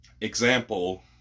example